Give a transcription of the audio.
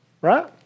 right